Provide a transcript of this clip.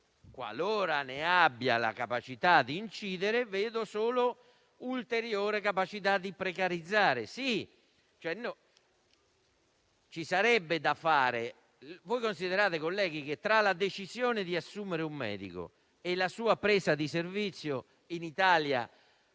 qualora abbia la capacità di incidere, vedo solo ulteriore capacità di precarizzare. Eppure ci sarebbe da fare. Considerate, colleghi, che tra la decisione di assumere un medico e la sua presa in servizio in Italia